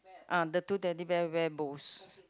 ah the two Teddy Bears wear bows